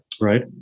Right